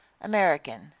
american